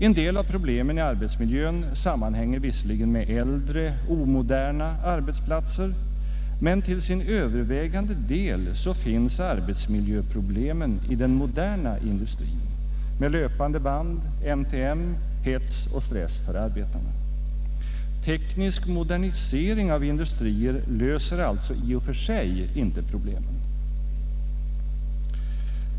En del av problemen i arbetsmiljön sammanhänger visserligen med äldre, omoderna arbetsplatser, men till övervägande del finns arbetsmiljöproblemen i den moderna industrin med löpande band, MTM, hets och stress för arbetarna. Teknisk modernisering av industrier löser alltså i och för sig inte problemen.